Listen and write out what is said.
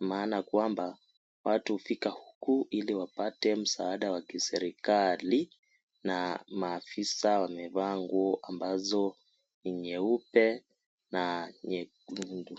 ili kwamba watu wanafika huku ili wapate msaada wa kiserikali na maafisa wamevaa mavazi nguo nyeupe na nyekundu.